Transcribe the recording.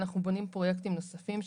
אנחנו בונים פרויקטים נוספים,